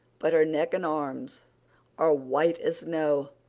but her neck and arms are white as snow.